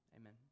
amen